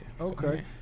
Okay